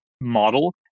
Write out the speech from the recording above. model